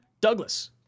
Douglas